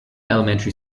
elementary